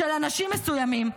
של אנשים מסוימים,